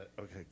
Okay